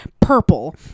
purple